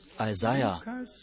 Isaiah